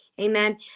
Amen